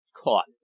caught